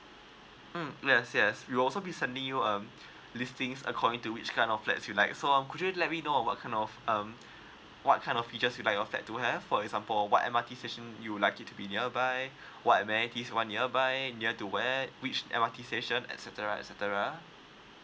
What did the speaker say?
mm yes yes we will also be sending you um listings according to which kind of flats you like so um could you let me know what kind of um what kind of flat to have for example what M_R_T station you would like it to be nearby what amenities you want nearby near to where which M_R_T station etcetera etcetera